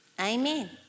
Amen